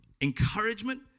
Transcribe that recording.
encouragement